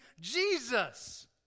Jesus